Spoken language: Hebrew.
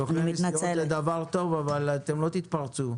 סוכני נסיעות זה דבר טוב אבל אתם לא תתפרצו.